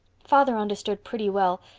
father understood pretty well,